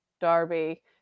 Darby